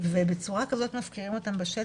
ובצורה כזאת מפקירים אותם בשטח,